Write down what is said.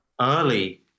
early